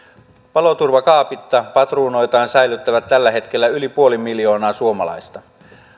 paloturvakaapitta patruunoitaan säilyttää tällä hetkellä yli puoli miljoonaa suomalaista